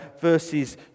verses